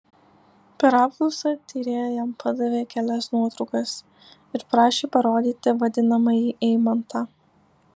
per apklausą tyrėja jam padavė kelias nuotraukas ir prašė parodyti vadinamąjį eimantą